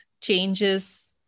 changes